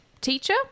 teacher